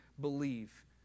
believe